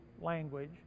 language